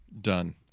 done